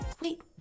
Wait